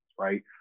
right